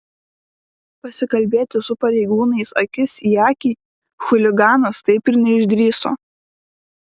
pasikalbėti su pareigūnais akis į akį chuliganas taip ir neišdrįso